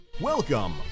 Welcome